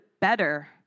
better